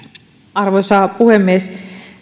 arvoisa puhemies